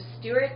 Stewart